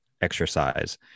exercise